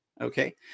Okay